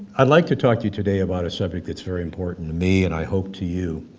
i'd like to talk to you today about a subject that's very important to me, and i hope to you.